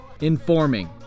Informing